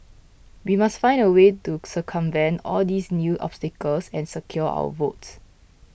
we must find a way to circumvent all these new obstacles and secure our votes